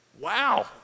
wow